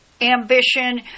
ambition